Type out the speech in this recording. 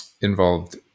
involved